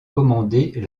commander